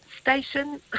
Station